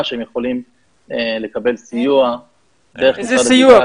שהם יכולים לקבל סיוע דרך --- איזה סיוע?